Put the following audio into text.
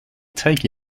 take